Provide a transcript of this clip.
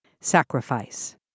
Sacrifice